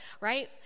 right